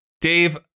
Dave